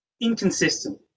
inconsistent